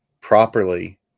properly